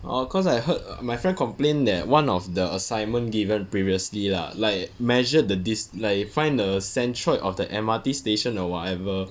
orh cause I heard my friend complain that one of the assignment given previously lah like measure the dist~ like find the centroid of the M_R_T station or whatever